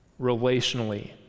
Relationally